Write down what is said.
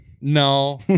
No